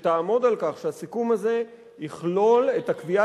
שתעמוד על כך שהסיכום הזה יכלול את הקביעה